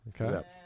Okay